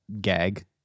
gag